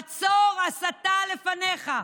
עצור, הסתה לפניך.